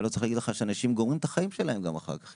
ואני לא צריך להגיד לך שאנשים גומרים את החיים שלהם גם אחר כך,